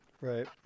Right